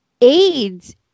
AIDS